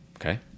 okay